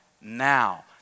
now